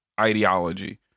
ideology